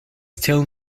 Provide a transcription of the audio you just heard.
still